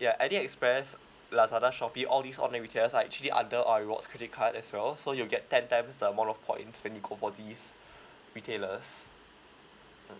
ya aliexpress lazada shopee all these all named retailers are actually under our rewards credit card as well so you'll get ten times the amount of points when you go for these retailers mm